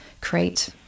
create